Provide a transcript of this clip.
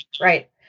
Right